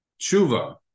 tshuva